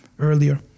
earlier